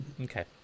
Okay